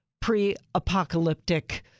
pre-apocalyptic